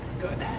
good.